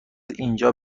اینجا